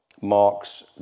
Mark's